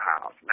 house